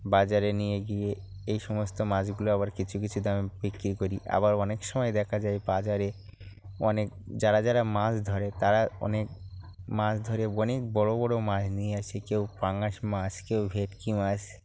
বাজারে নিয়ে গিয়ে এই সমস্ত মাছগুলো আবার কিছু কিছু দামে বিক্রি করি আবার অনেক সময় দেখা যায় বাজারে অনেক যারা যারা মাছ ধরে তারা অনেক মাছ ধরে অনেক বড় বড় মাছ নিয়ে আসে কেউ পাঙাশ মাছ কেউ ভেটকি মাছ